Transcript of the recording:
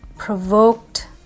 provoked